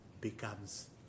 becomes